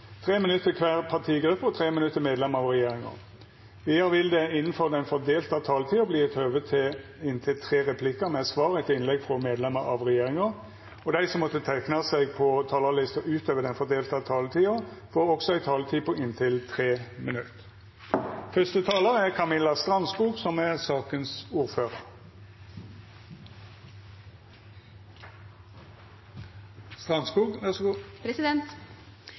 minutt til kvar partigruppe og 3 minutt til medlemer av regjeringa. Vidare vil det – innanfor den fordelte taletida – verta gjeva høve til inntil tre replikkar med svar etter innlegg frå medlemer av regjeringa, og dei som måtte teikna seg på talarlista utover den fordelte taletida, får også ei taletid på inntil 3 minutt.